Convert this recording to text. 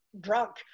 drunk